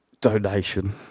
donation